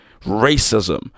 Racism